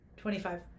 25